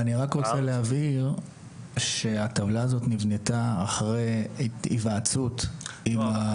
אני רק רוצה להבהיר שהטבלה הזאת נבנתה אחרי היוועצות עם...